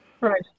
Right